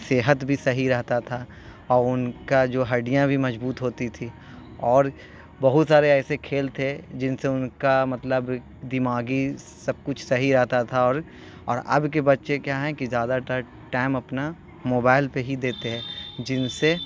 صحت بھی صحیح رہتا تھا اور ان کا جو ہڈیاں بھی مضبوط ہوتی تھیں اور بہت سارے ایسے کھیل تھے جن سے ان کا مطلب دماغی سب کچھ صحیح رہتا تھا اور اور اب کے بچے کیا ہیں کہ زیادہ تر ٹائم اپنا موبائل پہ ہی دیتے ہیں جن سے